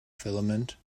filament